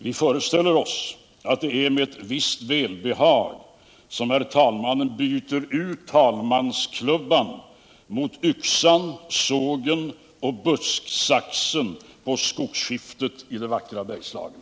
Vi föreställer oss att det är med ett visst välbehag som herr talmannen byter ut talmansklubban mot yxan, sågen och busksaxen på skogsskiftet i det vackra Bergslagen.